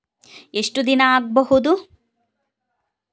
ಎಷ್ಟು ದಿನ ಆಗ್ಬಹುದು?